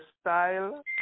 style